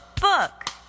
book